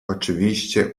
oczywiście